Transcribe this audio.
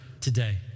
today